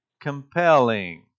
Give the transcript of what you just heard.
compelling